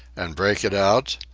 and break it out?